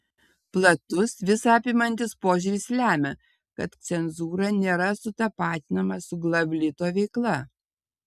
platus visa apimantis požiūris lemia kad cenzūra nėra sutapatinama su glavlito veikla